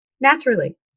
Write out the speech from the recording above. naturally